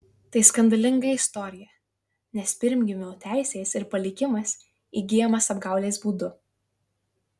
tai skandalinga istorija nes pirmgimio teisės ir palikimas įgyjamas apgaulės būdu